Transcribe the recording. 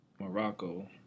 Morocco